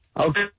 Okay